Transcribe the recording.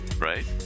Right